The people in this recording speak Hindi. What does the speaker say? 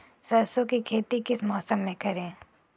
सरसों की खेती किस मौसम में करें?